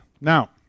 Now